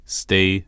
stay